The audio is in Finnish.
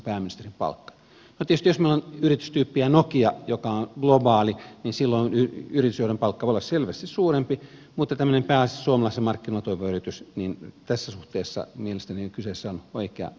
no tietysti jos meillä on yritys tyyppiä nokia joka on globaali niin silloin yritysjohdon palkka voi olla selvästi suurempi mutta kun on tämmöinen pääasiassa suomalaisilla markkinoilla toimiva yritys niin tässä suhteessa mielestäni kyseessä on oikea mittatikku